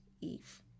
Eve